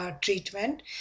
treatment